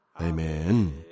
Amen